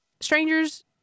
strangers